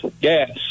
gas